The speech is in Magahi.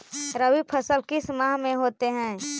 रवि फसल किस माह में होते हैं?